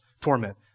torment